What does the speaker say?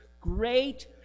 great